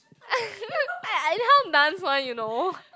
I I cannot dance one you know